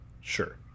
Sure